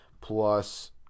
plus